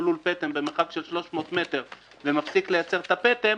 לול פטם במרחק של 300 מטר ומפסיק לייצר את הפטם,